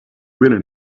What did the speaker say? willing